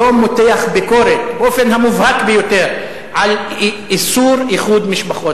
שלא מותח ביקורת באופן המובהק ביותר על איסור איחוד משפחות.